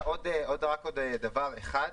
רק עוד דבר אחד,